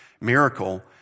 miracle